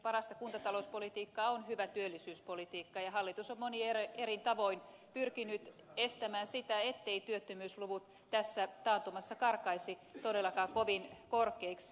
parasta kuntatalouspolitiikkaa on hyvä työllisyyspolitiikka ja hallitus on monin eri tavoin pyrkinyt estämään etteivät työttömyysluvut tässä taantumassa karkaisi todellakaan kovin korkeiksi